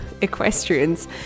equestrians